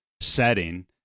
setting